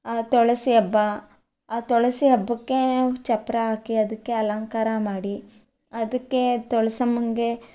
ಆ ತುಳಸಿ ಹಬ್ಬ ಆ ತುಳಸಿ ಹಬ್ಬಕ್ಕೆ ಚಪ್ಪರ ಹಾಕಿ ಅದಕ್ಕೆ ಅಲಂಕಾರ ಮಾಡಿ ಅದಕ್ಕೆ ತೊಳಸಮ್ಮನಿಗೆ